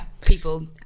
people